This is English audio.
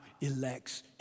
elects